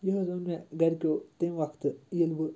یہِ حظ اوٚن مےٚ گَرِکیو تَمہِ وقتہٕ ییٚلہِ بہٕ